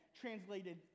translated